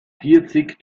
vierzig